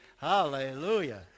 Hallelujah